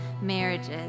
marriages